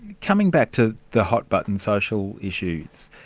coming back to the hot-button social issues,